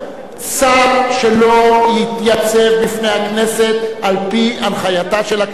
שר שלא יתייצב בפני הכנסת על-פי הנחייתה של הכנסת,